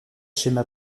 schéma